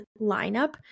lineup